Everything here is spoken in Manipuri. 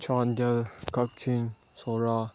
ꯆꯥꯟꯗꯦꯜ ꯀꯛꯆꯤꯡ ꯁꯣꯔꯥ